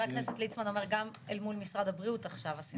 הכנסת ליצמן אומר שגם אל מול משרד הבריאות עכשיו הסנכרון הזה.